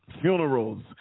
funerals